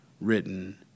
written